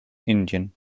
indien